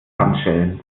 handschellen